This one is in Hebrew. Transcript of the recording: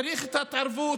צריך את ההתערבות,